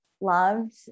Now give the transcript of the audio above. loved